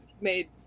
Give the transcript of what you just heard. made